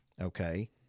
Okay